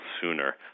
sooner